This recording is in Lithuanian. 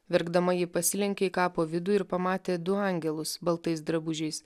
verkdama ji pasilenkė į kapo vidų ir pamatė du angelus baltais drabužiais